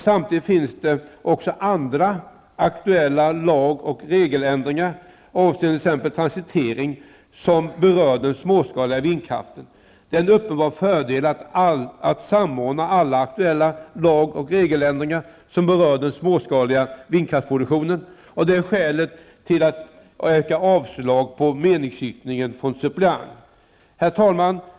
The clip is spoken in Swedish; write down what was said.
Samtidigt finns det dock också andra aktuella lag och regeländringar avseende t.ex. transitering som berör den småskaliga vindkraftsproduktionen. Det är en uppenbar fördel att samordna alla aktuella lag och regeländringar som berör den småskaliga vindkraftsproduktionen. Det är skälet till att jag i dag yrkar avslag på meningsyttringen från suppleant. Herr talman!